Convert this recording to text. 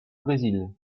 brésil